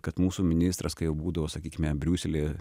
kad mūsų ministras kai jau būdavo sakykime briuselyje